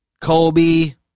Kobe